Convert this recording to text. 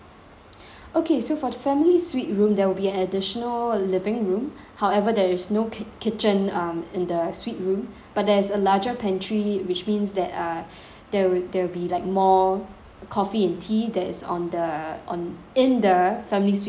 okay so for the family suite room there will be additional living room however there is no kitc~ kitchen um in the suite room but there is a larger pantry which means that uh there will there will be like more coffee and tea that is on the on in the family suite room